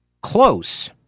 close